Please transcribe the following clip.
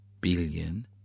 billion